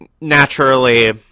naturally